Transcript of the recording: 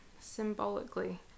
symbolically